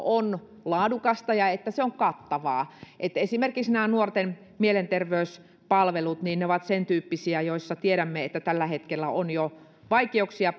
on laadukasta ja että se on kattavaa esimerkiksi nämä nuorten mielenterveyspalvelut ovat sen tyyppisiä joista tiedämme että jo tällä hetkellä niihin on vaikeuksia